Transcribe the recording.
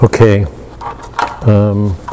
Okay